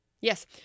Yes